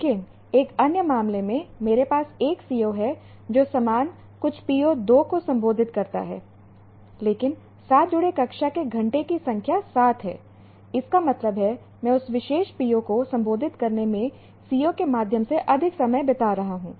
लेकिन एक अन्य मामले में मेरे पास एक CO है जो समान कुछ PO 2 को संबोधित करता है लेकिन साथ जुड़े कक्षा के घंटे की संख्या 7 है इसका मतलब है मैं उस विशेष PO को संबोधित करने में CO के माध्यम से अधिक समय बिता रहा हूं